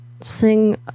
sing